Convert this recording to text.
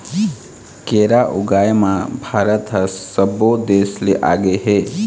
केरा ऊगाए म भारत ह सब्बो देस ले आगे हे